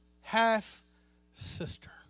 half-sister